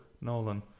Nolan